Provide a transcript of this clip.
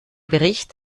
bericht